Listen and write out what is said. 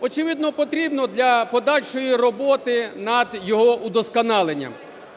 Очевидно потрібно для подальшої над його удосконаленням.